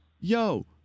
yo